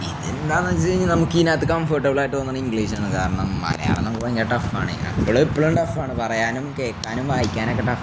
ഇതെന്താണെന്ന് വെച്ചുകഴിഞ്ഞാല് നമുക്ക് ഇതിനകത്ത് കംഫർട്ടബിള് ആയിട്ട് തോന്നുന്നത് ഇംഗ്ലീഷാണ് കാരണം മലയാളം നമുക്ക് ഭയങ്കരം ടഫാണ് അപ്പോഴും ഇപ്പോഴും ടഫാണ് പറയാനും കേള്ക്കാനും വായിക്കാനുമൊക്കെ ടഫാണ്